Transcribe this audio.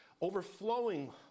overflowing